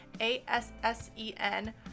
A-S-S-E-N